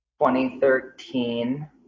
2013